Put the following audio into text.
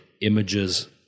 images